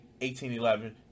1811